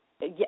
Yes